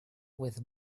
with